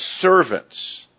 servants